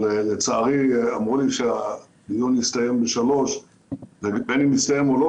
אבל לצערי אמרו שהדיון יסתיים ב 15:00. בין הוא יסתיים או לא,